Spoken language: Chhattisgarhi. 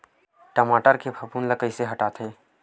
टमाटर के फफूंद ल कइसे हटाथे?